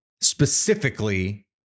specifically